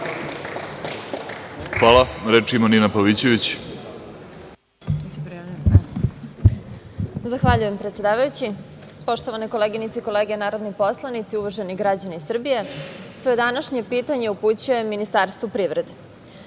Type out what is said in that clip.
Hvala. Reč ima Nina Pavićević.